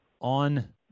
on